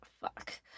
fuck